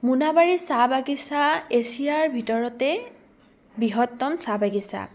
মোনাবাৰী চাহ বাগিচা এছিয়াৰ ভিতৰতে বৃহত্তম চাহ বাগিচা